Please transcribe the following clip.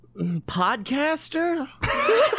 Podcaster